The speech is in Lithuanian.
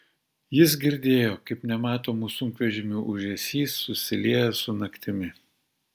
jis girdėjo kaip nematomų sunkvežimių ūžesys susilieja su naktimi